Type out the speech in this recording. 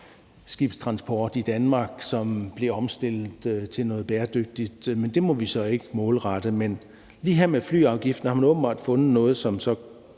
skibstransport i Danmark, som blev omstillet til noget bæredygtigt, men det må vi så ikke målrette. Men lige her med flyafgiften har man åbenbart fundet noget, som så